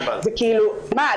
זה כאילו מה,